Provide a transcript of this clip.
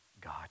God